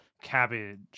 Cabbage